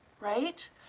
right